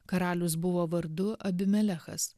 karalius buvo vardu abimelechas